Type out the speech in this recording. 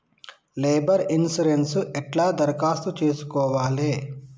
Labour insurance ఎట్ల దరఖాస్తు చేసుకోవాలే?